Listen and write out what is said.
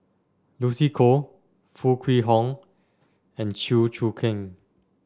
Lucy Koh Foo Kwee Horng and Chew Choo Keng